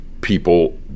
people